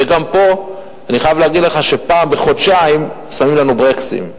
וגם פה אני חייב להגיד לך שפעם בחודשיים שמים לנו ברקסים,